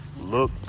look